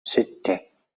ستة